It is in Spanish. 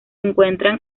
encuentran